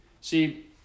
See